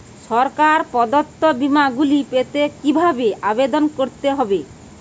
সরকার প্রদত্ত বিমা গুলি পেতে কিভাবে আবেদন করতে হবে?